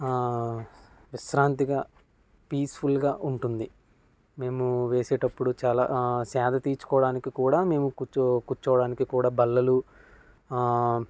విశ్రాంతిగా పీస్ఫుల్గా ఉంటుంది మేము వేసేటప్పుడు చాలా సేద తీర్చుకోవటానికి కూడా మేము కు కూర్చోటానికి కూడా బల్లలు